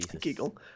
giggle